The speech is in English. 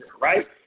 right